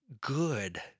good